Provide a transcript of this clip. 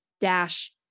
dash